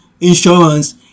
insurance